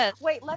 Wait